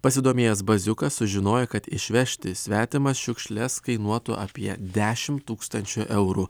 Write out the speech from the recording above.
pasidomėjęs baziukas sužinojo kad išvežti svetimas šiukšles kainuotų apie dešimt tūkstančių eurų